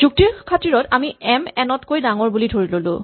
যুক্তিৰ খাতিৰত আমি এম এন তকৈ ডাঙৰ বুলি ধৰি ল'লো